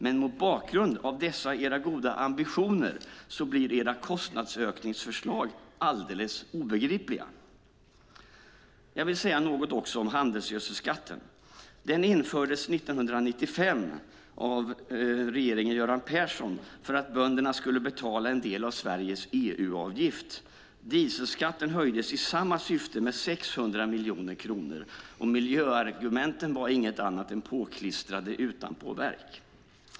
Men mot bakgrund av dessa era goda ambitioner blir era kostnadsökningsförslag alldeles obegripliga. Jag vill också säga något om handelsgödselskatten. Den infördes 1995 av regeringen Göran Persson för att bönderna skulle betala en del av Sveriges EU-avgift. Dieselskatten höjdes i samma syfte med 600 miljoner kronor. Miljöargumenten var inget annat än påklistrade utanpåverk.